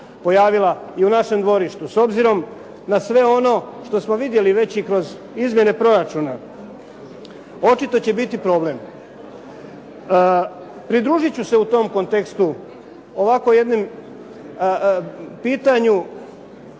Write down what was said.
pojavila i u našem dvorištu, s obzirom na sve ono što smo vidjeli već i kroz izmjene proračuna, očito će biti problem. Pridružiti ću se u tom kontekstu ovako jednim pitanju,